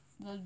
the-